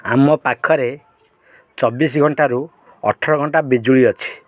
ଆମ ପାଖରେ ଚବିଶ ଘଣ୍ଟାରୁ ଅଠର ଘଣ୍ଟା ବିଜୁଳି ଅଛି